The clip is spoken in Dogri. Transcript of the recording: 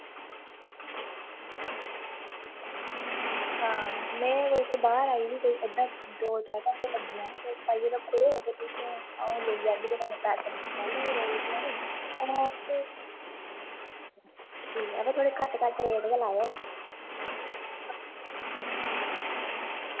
आं में कोई बाहर आई दी अद्धा दौ त्रैऽ घैंटे लग्गी जाने ते तुस पैक करेओ ते अं'ऊ औगी ते कन्नै पैसे तैलूं ई कराई ओड़गी ऐनी बाऽ थोह्ड़े घट्ट घट्ट रेट गै लायो